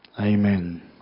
Amen